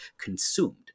consumed